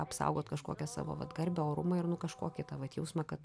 apsaugot kažkokią savo vat garbę orumą ir nu kažkokį tą vat jausmą kad